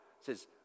says